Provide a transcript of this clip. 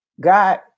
God